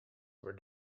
were